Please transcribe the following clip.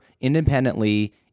independently